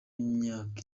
myaka